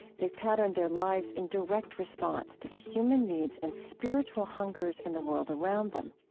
they've patterned their lives in direct response to the human needs and spiritual hungers in the world around them.